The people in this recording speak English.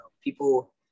people